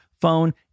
phone